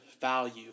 value